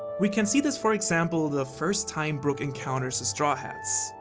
we can see this for example the first time brook encounters the straw hats.